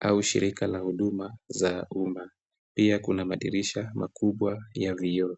au shirika la huduma za umma. Pia kuna madirisha makubwa ya vioo.